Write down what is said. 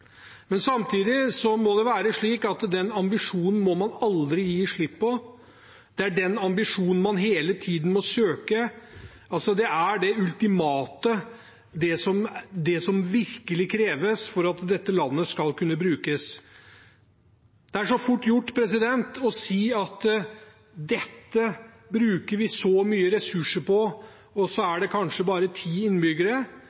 må det være slik at den ambisjonen må man aldri gi slipp på. Det er den ambisjonen man hele tiden må søke. Det er det ultimate, det som virkelig kreves for at dette landet skal kunne brukes. Det er fort gjort å si at dette bruker vi så mye ressurser på